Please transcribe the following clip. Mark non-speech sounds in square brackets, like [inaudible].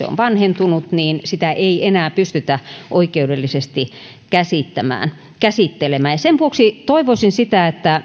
[unintelligible] on vanhentunut niin sitä ei enää pystytä oikeudellisesti käsittelemään käsittelemään sen vuoksi toivoisin että